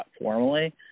formally